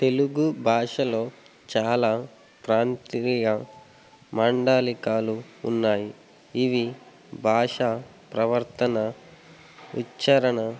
తెలుగు భాషలో చాలా ప్రాంతీయ మాండలికాలు ఉన్నాయి ఇవి భాష ప్రవర్తన ఉచ్చారణ